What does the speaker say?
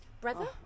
brother